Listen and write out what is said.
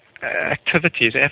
activities